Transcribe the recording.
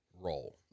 role